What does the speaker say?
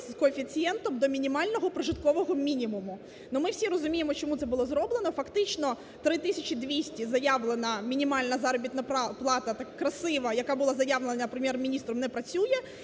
з коефіцієнтом до мінімального прожиткового мінімуму. Ми всі розуміємо чому це було зроблено, фактично, три тисячі 200 заявлена мінімальна заробітна плата, красива, яка була заявлена Прем'єр-міністром не працює